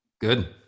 Good